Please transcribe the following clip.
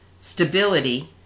stability